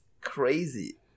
Crazy